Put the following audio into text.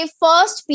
first